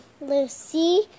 Lucy